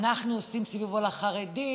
אנחנו עושים סיבוב על החרדים,